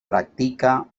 practica